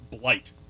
Blight